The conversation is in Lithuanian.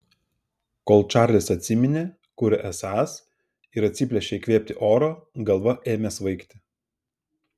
kol čarlis atsiminė kur esąs ir atsiplėšė įkvėpti oro galva ėmė svaigti